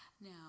Now